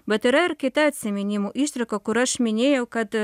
bet yra ir kita atsiminimų ištrauka kur aš minėjau kad